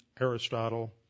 Aristotle